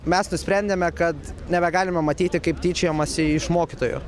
mes nusprendėme kad nebegalime matyti kaip tyčiojamasi iš mokytojų